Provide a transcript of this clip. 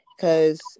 Cause